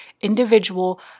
individual